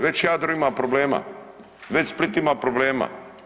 Već Jadro ima problema, već Split ima problema.